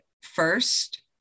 first